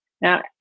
Now